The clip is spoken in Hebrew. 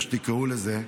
איך שתקראו לזה,